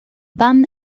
van